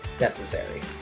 necessary